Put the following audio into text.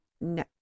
no